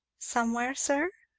somewhere, sir?